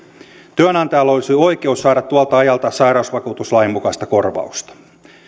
työnantajalla olisi oikeus saada tuolta ajalta sairausvakuutuslain mukaista korvausta muutokset